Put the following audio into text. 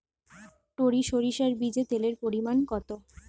টরি সরিষার বীজে তেলের পরিমাণ কত?